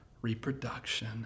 reproduction